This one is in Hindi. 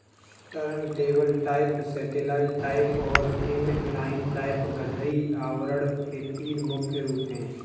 टर्नटेबल टाइप, सैटेलाइट टाइप और इनलाइन टाइप गठरी आवरण के तीन मुख्य रूप है